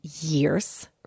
years